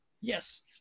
Yes